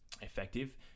effective